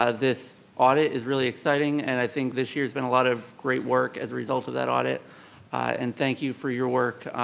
ah this audit is really exciting and i think this year been a lot of great work as a result of that audit and thank you for your work.